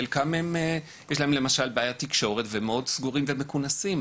לחלקם יש בעיית תקשורת והם מאוד סגורים ומכונסים,